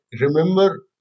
remember